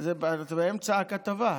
זה באמצע הכתבה.